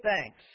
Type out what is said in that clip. thanks